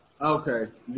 Okay